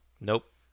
Nope